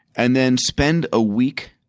and then spend a week,